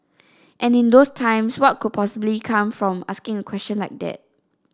and in those times what could possibly come from asking a question like that